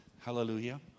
Hallelujah